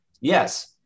yes